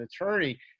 attorney